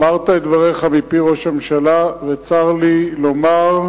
אמרת את דבריך מפי ראש הממשלה, וצר לי לומר: